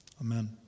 Amen